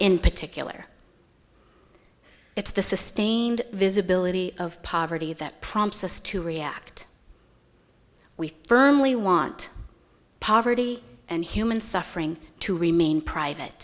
in particular it's the sustained visibility of poverty that prompts us to react we firmly want poverty and human suffering to remain private